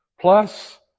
plus